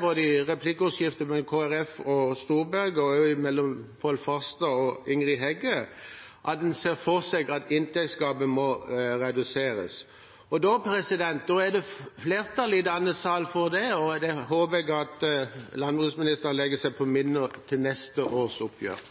– både i replikkordskiftet mellom Kristelig Folkepartis Hjemdal og Storberget, og også mellom Pål Farstad og Ingrid Heggø – ser en for seg at inntektsgapet må reduseres. Da er det flertall i denne salen for det, og det håper jeg at landbruksministeren legger seg på minne til neste års oppgjør.